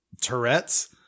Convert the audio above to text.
Tourette's